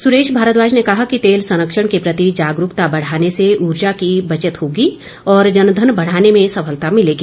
सुरेश भारद्वाज ने कहा कि तेल संरक्षण के प्रति जागरूकता बढ़ाने से उर्जा की बचत होगी और जनधन बढ़ाने में सफलता मिलेगी